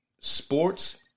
Sports